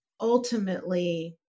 ultimately